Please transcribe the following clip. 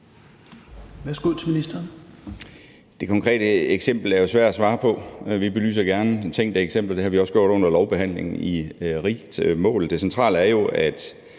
det konkrete eksempel. Vi belyser gerne tænkte eksempler, og det har vi også gjort under lovbehandlingen i rigt mål. Det centrale er jo, at